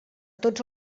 tots